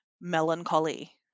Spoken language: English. melancholy